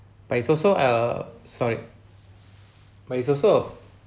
but it's also a sorry but it's also a